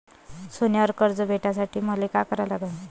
सोन्यावर कर्ज भेटासाठी मले का करा लागन?